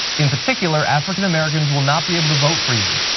in particular, african americans will not be able to vote for you.